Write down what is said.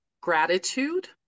gratitude